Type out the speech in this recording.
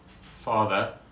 father